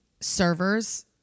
servers